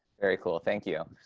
very cool, thank you.